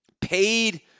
paid